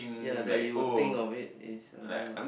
yea that you think of it is another